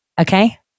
Okay